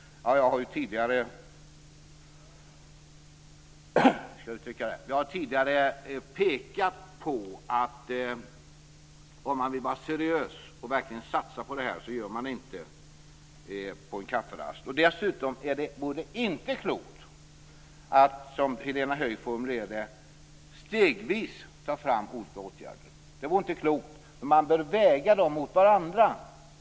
Jag har tidigare pekat på att om man vill vara seriös och verkligen satsa på det här gör man inte det på en kafferast. Dessutom vore det inte klokt att, som Helena Höij formulerade det, stegvis ta fram olika åtgärder. Man bör väga dem mot varandra.